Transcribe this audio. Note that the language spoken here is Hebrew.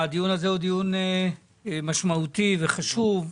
הדיון הזה משמעותי וחשוב,